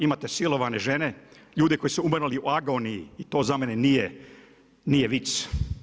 Imate silovane žene, ljude koji su umirali u agoniji i to za mene nije vic.